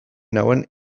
nuen